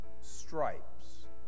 stripes